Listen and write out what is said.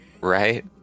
Right